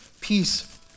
peace